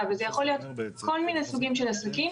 וזה יכול להיות כל מיני סוגים של עסקים.